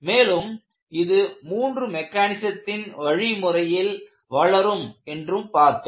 மேலும் இது மூன்று மெக்கானிசத்தின் வழிமுறையில் வளரும் என்று பார்த்தோம்